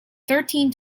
thirteen